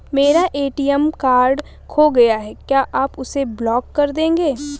मेरा ATM card खो गया है क्या आप उसे ब्लॉक कर देंगे?